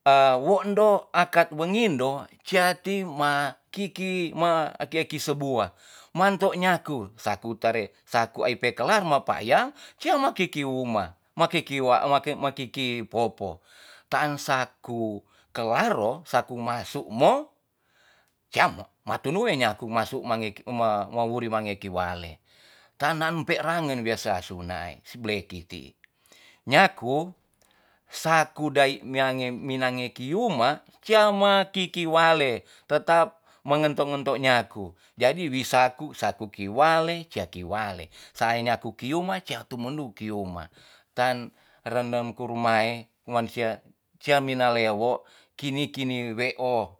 A wo endo akat wengindo sia ti ma kiki ma aki eki sabua manto nyaku saku tare saku ai pe kelar mapayang kia mo kiki uma ma kiki wa ma kiki poo'po taan saku kelaro saku masu mo yamo matu nuun nyaku masu mange ma mawuri mange ki wale ta naan mpe rangen wea si asu nae si bleki ti nyaku saku dai miange minange kiuma sia ma kiki wale tetap mengento ngento nyaku jadi wisaku saku kiwale sia kiwale sae nyaku kiuma sia tumundu kiuma tan renem kurumae man sia sia wina lewo kini kini weo-